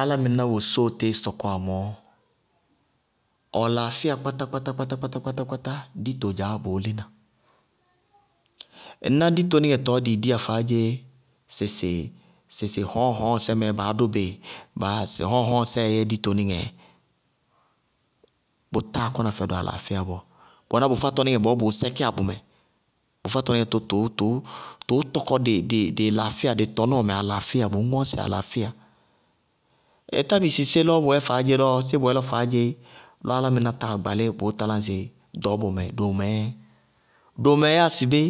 Álámɩná wosóo tíi sɔkɔwá mɔɔ, ɔɔlaafɩya feé kpátákpátákpátá, ɔ dito dzaá bʋʋ lína. Ŋná ditonɩŋɛ tɔɔ dɩɩ diyá faádzé, sɩsɩ hɔñŋhɔñŋsɛ mɛ baá dʋ bɩ, baá sɩ hɔñŋhɔñŋsɛɛ yɛ ditonɩŋɛ, bʋtáa kɔna fɛ dʋ alaafɩya bɔɔ bʋ wɛná bʋ fátɔnɩŋɛ tɔɔ bʋʋ sɛkíyá bʋmɛ bʋ fátɔnɩŋɛ tɔ tʋʋ tɔkɔ dɩɩ laafiya, dɩ tɔnɔɔmɛ alaafiya, bʋʋ ŋɔñsɩ alaafɩya. Ɩ tá bisí sé lɔɔ bʋyɛ faádze lɔɔ séé faádze lɔ álámɩná táa gbalí bʋʋ talá ŋsɩ ɖɔɔbɔ mɛ doomɛɛ? Báná doomɛ yáa sɩ bé?